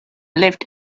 lived